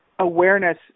awareness